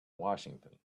washington